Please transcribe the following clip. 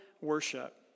worship